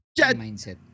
mindset